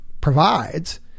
provides